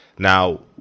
Now